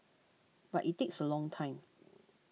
but it takes a long time